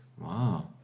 Wow